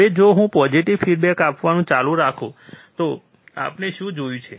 હવે જો હું પોઝીટીવ ફિડબેક આપવાનું ચાલુ રાખું તો આપણે શું જોયું છે